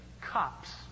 cops